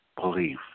belief